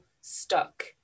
stuck